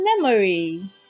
memory